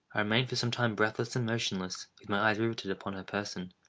i remained for some time breathless and motionless, with my eyes riveted upon her person.